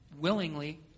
willingly